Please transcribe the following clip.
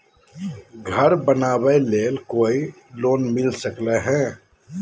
घर बनावे ले कोई लोनमिल सकले है?